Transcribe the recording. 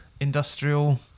industrial